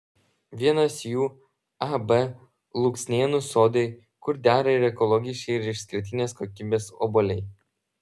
vienas jų ab luksnėnų sodai kur dera ir ekologiški ir išskirtinės kokybės obuoliai